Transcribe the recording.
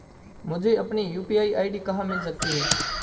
मुझे अपनी UPI ID कहां मिल सकती है?